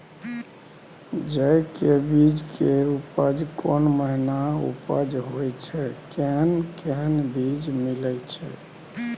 जेय के बीज के उपज कोन महीना उपज होय छै कैहन कैहन बीज मिलय छै?